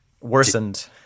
Worsened